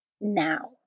now